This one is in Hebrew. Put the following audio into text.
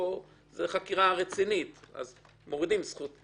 זו חקירה רצינית, אז מורידים את הזכות,